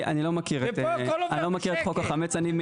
אני לא מכיר את חוק החמץ.